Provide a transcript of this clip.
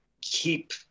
keep